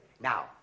Now